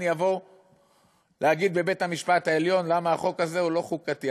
אני אבוא להגיד בבית-המשפט העליון למה החוק הזה הוא לא חוקתי.